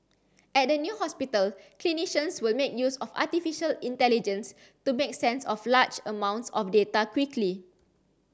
at the new hospital clinicians will make use of artificial intelligence to make sense of large amounts of data quickly